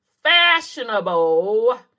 fashionable